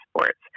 sports